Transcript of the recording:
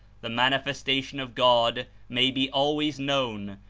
the manifestation of god may be always known,